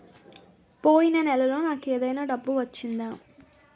పోయిన నెలలో నాకు ఏదైనా డబ్బు వచ్చిందా?